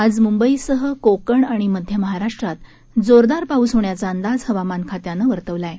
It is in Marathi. आज मुंबईसह कोकण आणि मध्य महाराष्ट्रात जोरदार पाऊस होण्याचा अंदाज हवामान खात्यानं वर्तवला आहे